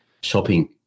shopping